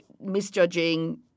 misjudging